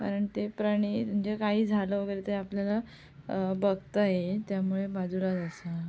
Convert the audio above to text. कारण ते प्राणी म्हणजे काही झालं वगैरे तरी आपल्याला बघता येईल आणि त्यामुळे बाजूलाच असावा